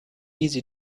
easy